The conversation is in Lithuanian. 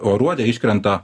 aruode iškrenta